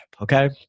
okay